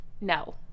no